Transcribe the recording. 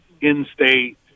In-state